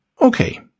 Okay